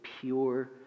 pure